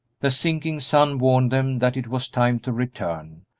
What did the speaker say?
the sinking sun warned them that it was time to return,